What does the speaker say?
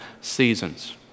seasons